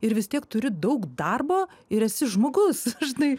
ir vis tiek turi daug darbo ir esi žmogus žinai